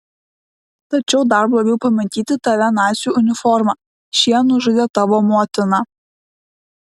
tačiau dar blogiau pamatyti tave nacių uniforma šie nužudė tavo motiną